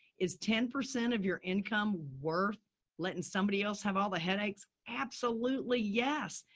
is ten percent of your income worth letting somebody else have all the headaches? absolutely. yes.